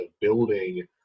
building